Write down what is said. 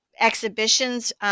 exhibitions